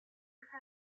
分开